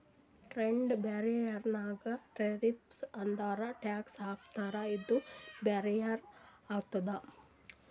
trade barrier ನಾಗ್ tariffs ಅಂದುರ್ tax ಹಾಕ್ತಾರ ಇದು ಬ್ಯಾರಿಯರ್ ಆತುದ್